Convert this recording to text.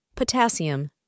potassium